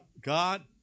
God